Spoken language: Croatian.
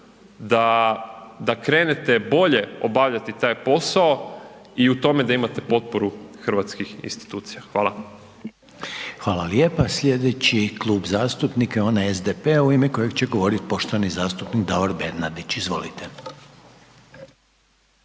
da krenete bolje obavljati posao i u tome da imate potporu hrvatskih institucija. Hvala. **Reiner, Željko (HDZ)** Hvala lijepa. Slijedeći Klub zastupnika je onaj SDP-a u ime kojeg će govoriti poštovani zastupnik Davor Bernardić. Izvolite.